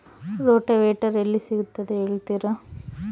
Rotavator ಎಲ್ಲಿ ಸಿಗುತ್ತದೆ ಹೇಳ್ತೇರಾ?